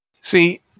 See